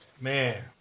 Man